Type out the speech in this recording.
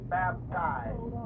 baptized